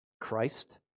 Christ